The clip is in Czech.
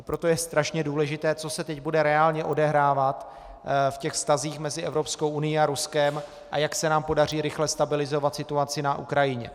Proto je strašně důležité, co se teď bude reálně odehrávat v těch vztazích mezi Evropskou unií a Ruskem, a jak se nám podaří rychle stabilizovat situaci na Ukrajině.